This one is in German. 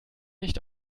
nicht